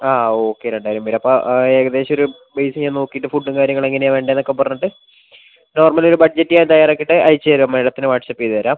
ആ ഓക്കെ രണ്ടായിരം പേര് അപ്പം ഏകദേശം ഒരു ബേസ് ഞാൻ നോക്കിയിട്ട് ഫുഡ്ഡും കാര്യങ്ങളും എങ്ങനെയാണ് വേണ്ടതെന്നൊക്കെ പറഞ്ഞിട്ട് നോർമലൊരു ബഡ്ജറ്റ് ഞാൻ തയാറാക്കിയിട്ട് അയച്ചു തരാം മാഡത്തിന് ഞാൻ വാട്സപ്പ് ചെയ്തു തരാം